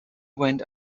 went